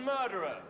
murderer